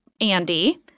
Andy